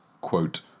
quote